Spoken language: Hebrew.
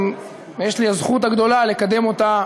ויש לי הזכות הגדולה לקדם אותה,